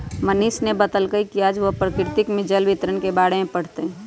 मनीष ने बतल कई कि आज वह प्रकृति में जल वितरण के बारे में पढ़ तय